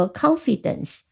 confidence